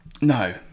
No